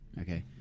Okay